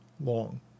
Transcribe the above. long